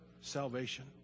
salvation